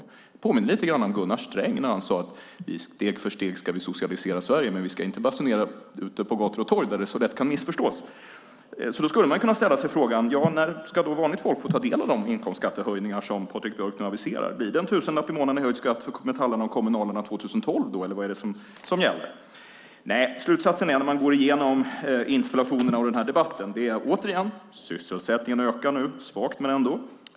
Det påminner lite om det Gunnar Sträng sade: Steg för steg ska vi socialisera Sverige, men vi ska inte basunera ut det på gator och torg där det så lätt kan missförstås. Man kan då fråga: När ska vanligt folk få ta del av de inkomstskattehöjningar som Patrik Björck aviserar? Blir det en tusenlapp i månaden i höjd skatt för metallarna och kommunalarna 2012 eller vad är det som gäller? När man går igenom interpellationerna och den här debatten blir slutsatsen återigen: Sysselsättningen ökar, visserligen svagt.